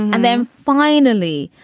and then finally,